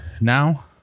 now